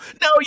No